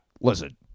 listen